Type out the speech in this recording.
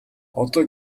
одоо